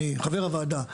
אני חבר הוועדה,